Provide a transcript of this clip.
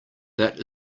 that